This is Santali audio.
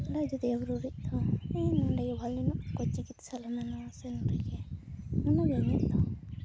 ᱟᱞᱮ ᱟᱡᱳᱫᱤᱭᱟᱹ ᱵᱩᱨᱩ ᱨᱮᱫᱚ ᱱᱚᱰᱮ ᱜᱮ ᱵᱷᱟᱞᱮ ᱧᱚᱜ ᱪᱤᱠᱤᱛᱥᱟ ᱞᱮᱱᱟ ᱱᱚᱣᱟᱥᱮ ᱱᱚᱰᱮ ᱜᱮ ᱚᱱᱟᱜᱮ ᱤᱧᱟᱹᱜ ᱫᱚ